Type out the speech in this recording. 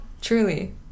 truly